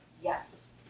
Yes